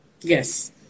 Yes